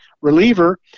reliever